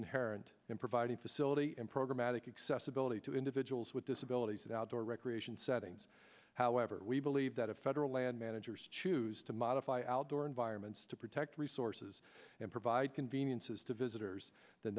inherent in providing facility and programatic accessibility to individuals with disabilities of outdoor recreation settings however we believe that a federal land managers choose to modify outdoor environments to protect resources and provide conveniences to visitors than